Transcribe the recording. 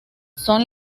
son